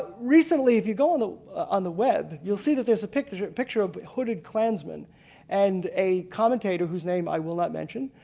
recently if you go on on the web you'll see there's picture picture of hooded clansmen and a commentator whose name i will not mention.